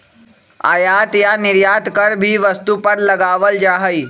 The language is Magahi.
आयात या निर्यात कर भी वस्तु पर लगावल जा हई